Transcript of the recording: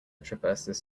traverses